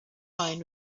wine